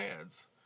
ads